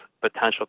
potential